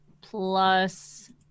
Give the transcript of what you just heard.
plus